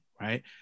right